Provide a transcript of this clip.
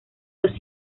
los